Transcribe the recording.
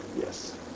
Yes